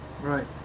Right